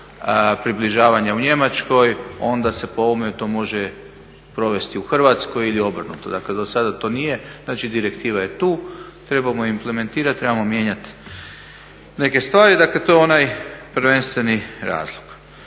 približavanja u Njemačkoj onda se po ovome to može provesti u Hrvatskoj ili obrnuto. Dakle do sada to nije, znači direktiva je tu, trebamo implementirati, trebamo mijenjati neke stvari. Dakle to je onaj prvenstveni razlog.